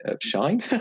shine